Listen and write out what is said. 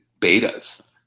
betas